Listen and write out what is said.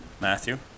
Matthew